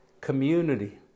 community